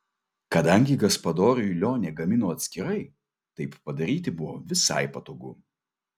kadangi gaspadoriui lionė gamino atskirai taip padaryti buvo visai patogu